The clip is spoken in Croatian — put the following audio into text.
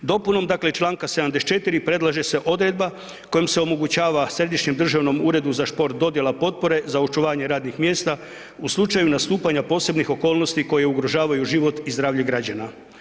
Dopunom, dakle, čl. 74. predlaže se odredba kojom se omogućava Središnjem državnom uredu za šport dodjela potpore za očuvanje radnih mjesta u slučaju nastupanja posebnih okolnosti koje ugrožavaju život i zdravlje građana.